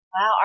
Wow